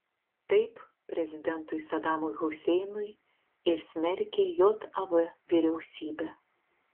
taip prezidentui sadamui huseinui ir smerkė jav vyriausybę